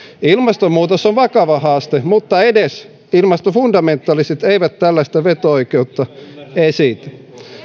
ilmastonmuutos on vakava haaste mutta edes ilmastofundamentalistit eivät tällaista veto oikeutta esitä